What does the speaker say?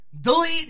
delete